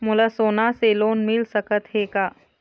मोला सोना से लोन मिल सकत हे का?